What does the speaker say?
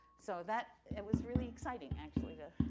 so, that, it was really exciting, actually, to